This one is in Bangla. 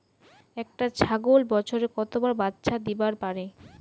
একটা ছাগল বছরে কতবার বাচ্চা দিবার পারে?